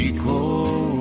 Equal